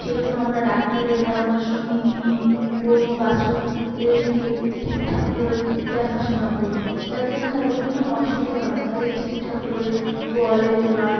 সেই জন্য আমরা ডাক্তারের পরামর্শ নিই নিয়ে গোরু বাছুর এদেরকে ঠিকঠাক করে দেখাশোনা করি যাতে না তাদের কোনো অসুবিধা হয় তাদের ঠিকঠাক করে গোয়ালে তোলা